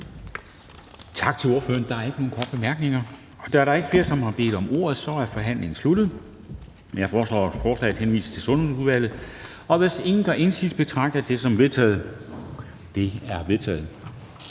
Tak til ordføreren. Der er ikke nogen korte bemærkninger. Da der ikke er flere, som har bedt om ordet, er forhandlingen sluttet. Jeg foreslår, at forslaget henvises til Sundhedsudvalget. Hvis ingen gør indsigelse, betragter jeg det som vedtaget. Det er vedtaget.